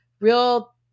real